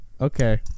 Okay